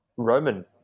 Roman